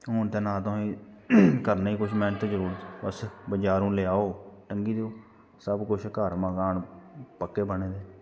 हून ते ना तुसेंगी करने दी मेह्नत जरूरत बजारू लेआओ ते टंगी देओ सब किश घर मकान पक्के बनेदे